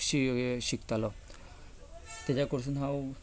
शिकतालों